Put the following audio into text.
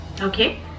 Okay